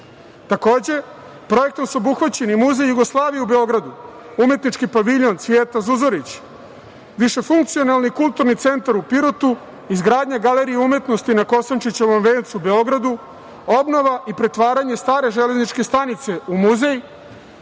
projektom su obuhvaćeni Muzej Jugoslavije u Beogradu, Umetnički paviljon „Cvijeta Zuzorić“, višefunkcionalni Kulturni centar u Pirotu, izgradnja galerije umetnosti na Kosančićevom vencu u Beogradu, obnova i pretvaranje stare železničke stanice u muzej,